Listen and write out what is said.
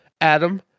Adam